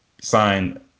sign